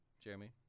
Jeremy